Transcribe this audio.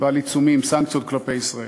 ועל עיצומים, סנקציות, כלפי ישראל.